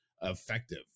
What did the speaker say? effective